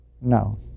No